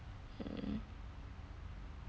um